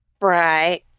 Right